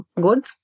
good